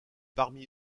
parmi